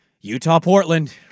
Utah-Portland